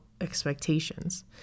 expectations